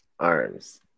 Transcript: arms